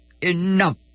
enough